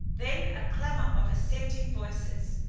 then a clamour of assenting voices.